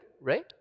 right